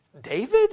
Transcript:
David